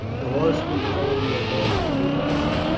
the horsemen towing their horses behind them.